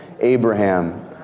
Abraham